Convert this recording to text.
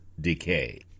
decay